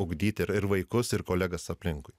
ugdyti ir ir vaikus ir kolegas aplinkui